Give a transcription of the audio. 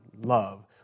love